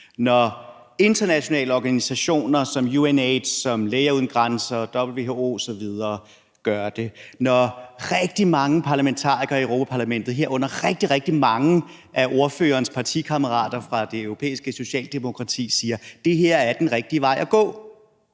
Når internationale organisationer som UNAIDS, Læger uden Grænser, WHO osv. gør det, og når rigtig mange parlamentarikere i Europa-Parlamentet, herunder rigtig, rigtig mange af ordførerens partikammerater fra det europæiske socialdemokrati, siger, at det her er den rigtige vej at gå,